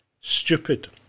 stupid